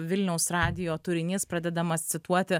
vilniaus radijo turinys pradedamas cituoti